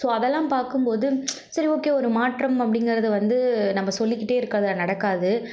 so அதல்லாம் பார்க்கும்போது சரி ஓகே ஒரு மாற்றம் அப்படிங்கிறது வந்து நம்ம சொல்லிக்கிட்டே இருக்கறதுனால நடக்காது